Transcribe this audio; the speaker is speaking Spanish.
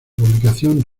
publicación